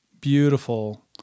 beautiful